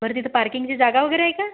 बरं तिथं पार्किंगची जागा वगैरे आहे का